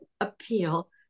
appeal